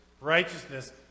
righteousness